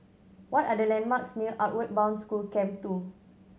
what are the landmarks near Outward Bound School Camp Two